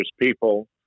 people